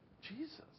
Jesus